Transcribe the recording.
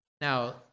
Now